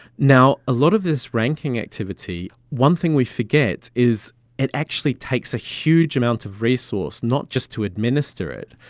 now, a lot of this ranking activity, one thing we forget is it actually takes a huge amount of resource, not just to administer it.